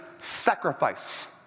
sacrifice